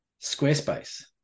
Squarespace